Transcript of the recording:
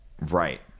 right